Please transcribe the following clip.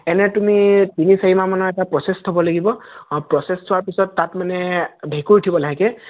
এনেই তুমি তিনি চাৰি মাহমানৰ এটা প্ৰচেছ থ'ব লাগিব আৰু প্ৰচেছ থোৱা পিছত তাত মানে ভেঁকুৰ উঠিব লাহেকৈ